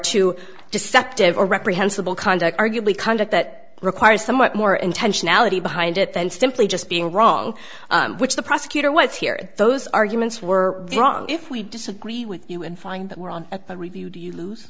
to deceptive or reprehensible conduct arguably conduct that requires somewhat more intentionality behind it than simply just being wrong which the prosecutor was here those arguments were wrong if we disagree with you and fine but we're on a review do you lose